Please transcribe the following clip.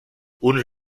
uns